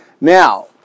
Now